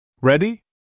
Ready